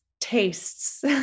tastes